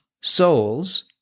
souls